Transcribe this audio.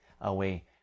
away